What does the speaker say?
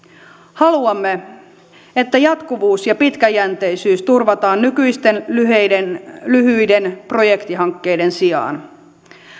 haluamme että jatkuvuus ja pitkäjänteisyys turvataan nykyisten lyhyiden lyhyiden projektihankkeiden sijaan